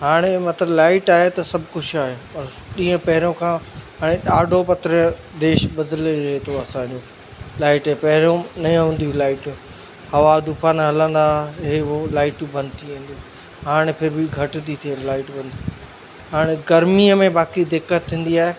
हाणे मत लाइट आए त सब कुछ आए पर ॾींअं पहरियों खां हाणे ॾाढो पत्र देश बदिलजे थो असांजो लाइट पहिरियों न हूंदियूं हुयूं लाइटियूं हवा तूफ़ान हलंदा हा हे हो लाइटूं बंदि थी वेंदियूं हुयूं हाणे फिर बि घटि थी थियनि लाइट बंदि हाणे गरमीअ में बाक़ी दिक़त थींदी आहे